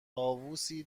طاووسی